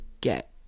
get